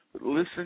Listen